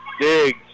Dig